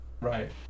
right